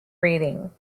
reading